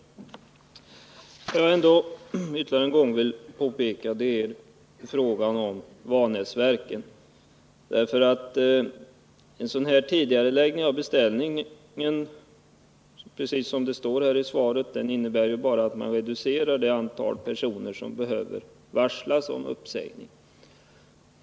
Jag vill ytterligare en gång peka på frågan om Vanäsverken. En sådan tidigareläggning av beställningar som omnämns i industriministerns svar innebär ju bara att man reducerar det antal personer som behöver varslas om uppsägning.